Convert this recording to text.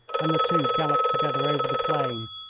and the two galloped together over the plain,